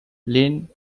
lind